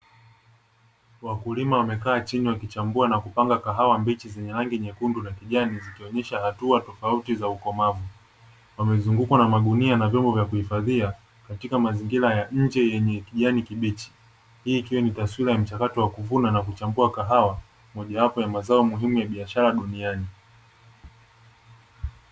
Wakulima wamekaa chini wakichambua na kupanga kahawa mbichi zenye rangi nyekundu na kijani, zikionyesha hatua tofauti za ukomavu wamezungukwa na magunia na vyombo vya kuhifadhia katika mazingira ya nje yenye kijani kibichi, hii ikiwa ni taswira ya mchakato wa kuvuna na kuchambua kahawa mojawapo ya mazao muhimu ya biashara duniani.